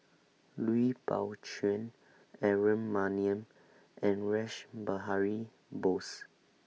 Lui Pao Chuen Aaron Maniam and Rash Behari Bose